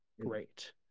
great